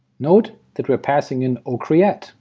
note that we're passing in o creat,